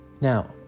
Now